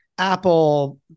Apple